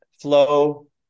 flow